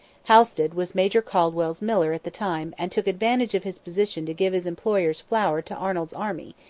halsted was major caldwell's miller at the time and took advantage of his position to give his employer's flour to arnold's army,